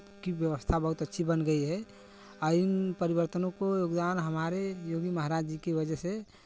की व्यवस्था बहुत अच्छी बन गई है इन परिवर्तनों को योगदान हमारे योगी महाराज जी के वजह से